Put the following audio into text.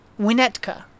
Winnetka